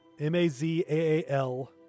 M-A-Z-A-A-L